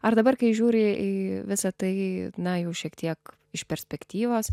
ar dabar kai žiūri į visa tai na jau šiek tiek iš perspektyvos